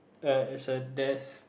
a it's a desk